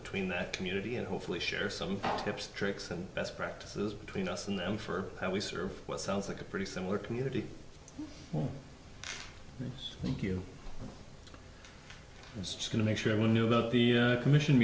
between that community and hopefully share some tips tricks and best practices between us and them for how we serve what sounds like a pretty similar community thank you is just going to make sure we knew about the commission